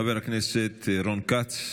חבר הכנסת רון כץ.